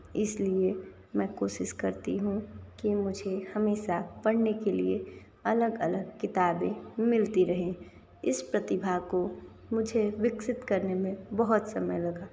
इसलिए मैं कोशिश करती हूँ कि मुझे हमेशा पढ़ने के लिए अलग अलग किताबें मिलती रहें इस प्रतिभा को मुझे विकसित करने में बहुत समय लगा